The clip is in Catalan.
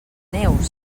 neus